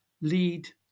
lead